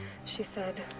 she said.